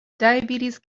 diabetes